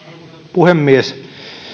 puhemies